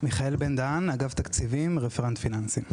מיכאל בן דהן מאגף התקציבים, רפרנט פיננסים.